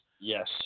Yes